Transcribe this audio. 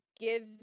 give